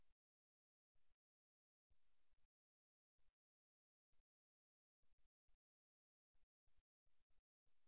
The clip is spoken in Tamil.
தலைப்பு கால்கள் மற்றும் பாதங்கள் உங்கள் போட்டியில் நீங்கள் கால் வைக்க விரும்பினால் முழங்கால்களுக்கு கீழே என்ன நடக்கிறது என்பதில் கவனம் செலுத்துங்கள்